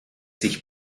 sich